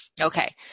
Okay